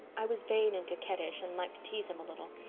i was vain and coquettish and liked to tease him a little.